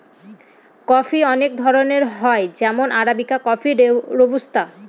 coffee অনেক ধরনের হয় যেমন আরাবিকা কফি, রোবুস্তা